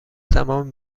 تمام